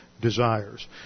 Desires